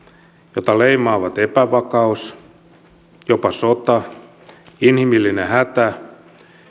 jota leimaavat epävakaus jopa sota inhimillinen hätä